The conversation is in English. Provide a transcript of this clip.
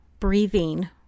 Breathing